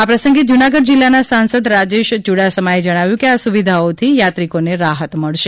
આ પ્રસંગે જૂનાગઢ જિલ્લાના સાંસદ રાજેશ યૂડાસમાએ જણાવ્યું કે આ સુવિધાઓથી થાત્રિકોને રાહત મળશે